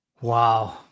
Wow